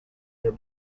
your